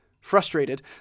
Frustrated